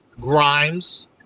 Grimes